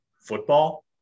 football